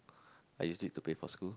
I use it to pay for school